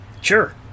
Sure